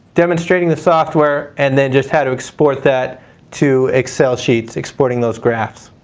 demonstrating the software, and then just how to export that to excel sheets exporting those graphs.